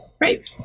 right